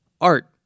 art